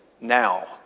now